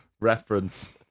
reference